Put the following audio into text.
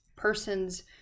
person's